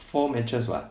four matches [what]